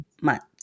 months